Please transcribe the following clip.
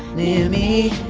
near me.